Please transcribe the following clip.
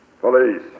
Police